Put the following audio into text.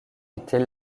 était